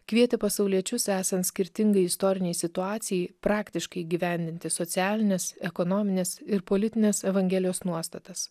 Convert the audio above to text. kvietė pasauliečius esant skirtingai istorinei situacijai praktiškai įgyvendinti socialines ekonomines ir politines evangelijos nuostatas